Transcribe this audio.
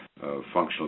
functional